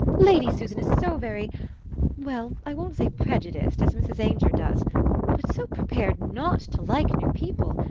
lady susan is so very well, i won't say prejudiced, as mrs. ainger does but so prepared not to like new people,